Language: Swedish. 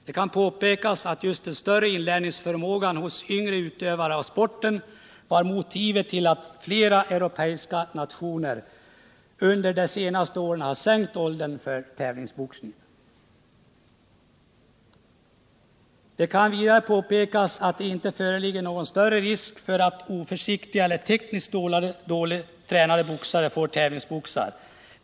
Det kan påpekas att just den större inlärningsförmågan hos yngre utövare av sporten är motivet till att flera europeiska nationer under de senaste åren har sänkt åldern för tävlingsboxning. Det kan vidare påpekas att det inte föreligger någon större risk för att oförsiktiga eller tekniskt dåligt tränade boxare får tävlingsboxas.